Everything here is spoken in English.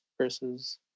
versus